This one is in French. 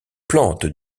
plantes